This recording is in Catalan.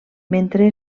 mentre